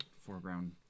foreground